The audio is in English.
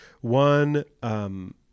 one